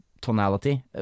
tonality